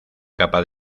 capaz